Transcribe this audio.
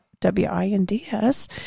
W-I-N-D-S